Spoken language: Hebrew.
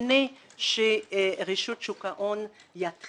לפני שרשות שוק ההון תתחיל